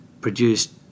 produced